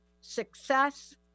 success